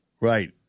Right